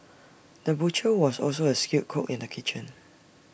the butcher was also A skilled cook in the kitchen